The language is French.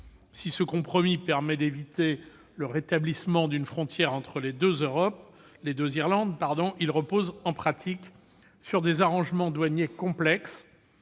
Si ce compromis permet d'éviter le rétablissement d'une frontière entre les deux Irlande, il repose en pratique sur des arrangements douaniers complexes.